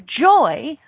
joy